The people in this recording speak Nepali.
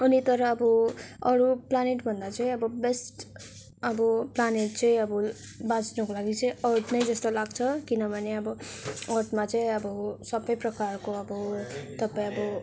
अनि तर आबो अरू प्लानेट भन्दा चाहिँ अब बेस्ट अब प्लानेट चाहिँ अब बाँच्नु लागि चाहिँ अर्थ नै जस्तो लाग्छ किनभने अब अर्थमा चाहिँ अब सबै प्रकारको अब तपाईँ अब